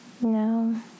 No